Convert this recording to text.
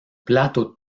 plato